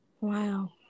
Wow